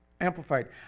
Amplified